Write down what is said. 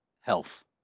health